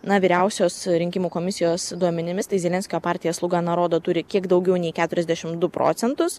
na vyriausios rinkimų komisijos duomenimis tai zelenskio partija sluga naroda turi kiek daugiau nei keturiasdešim du procentus